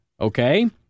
Okay